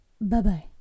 Bye-bye